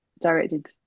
directed